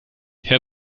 herr